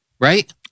Right